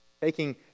Taking